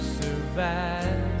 survive